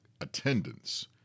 attendance